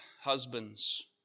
husbands